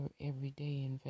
everyday